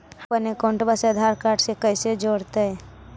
हमपन अकाउँटवा से आधार कार्ड से कइसे जोडैतै?